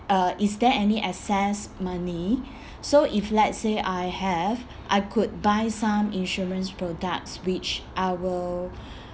uh is there any excess money so if let's say I have I could buy some insurance products which I will